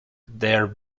their